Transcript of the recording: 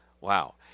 Wow